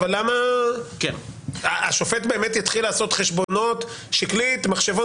אבל השופט באמת יתחיל לעשות חשבונות עם מחשבון